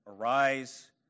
Arise